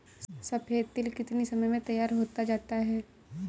सफेद तिल कितनी समय में तैयार होता जाता है?